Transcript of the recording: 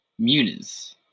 Muniz